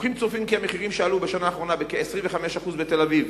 מומחים צופים כי המחירים שעלו בשנה האחרונה בכ-25% בתל-אביב